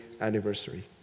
anniversary